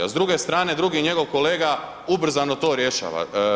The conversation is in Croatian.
S druge strane drugi njegov kolega ubrzano to rješava.